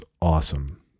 awesome